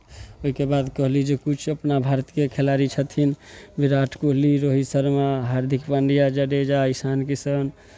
ओहिके बाद कहली जे किछु अपना भारतके खेलाड़ी छथिन विराट कोहली रोहित शर्मा हार्दिक पांड्या जडेजा ईशान किशन